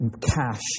cash